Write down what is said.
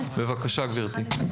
בבקשה, גבירתי.